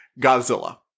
Godzilla